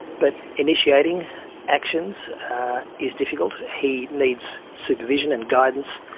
but initiating actions is difficult. he needs supervision and guidance,